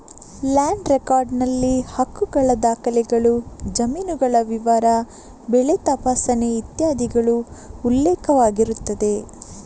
land record ನಲ್ಲಿ ಹಕ್ಕುಗಳ ದಾಖಲೆಗಳು, ಜಮೀನುಗಳ ವಿವರ, ಬೆಳೆ ತಪಾಸಣೆ ಇತ್ಯಾದಿಗಳು ಉಲ್ಲೇಖವಾಗಿರುತ್ತದೆ